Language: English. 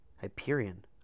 Hyperion